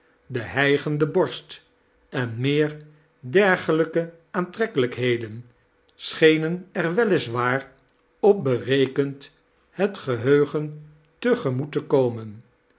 de hijgende borst en meer dergelijke aantrekkelijikihedein schenen er wel is waar op berekend het geheugen te gemoet te komen